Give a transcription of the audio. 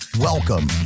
Welcome